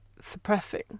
suppressing